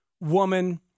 woman